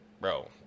Bro